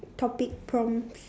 topic prompts